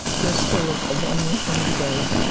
there's still a long way for me to go,